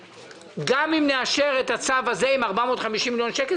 גם אם נאשר את הצו הזה עם 450 מיליון שקל,